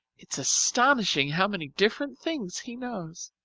it's astonishing how many different things he knows.